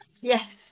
yes